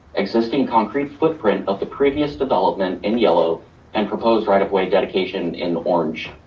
existing concrete footprint of the previous development in yellow and proposed right of way dedication in the orange.